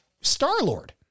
Star-Lord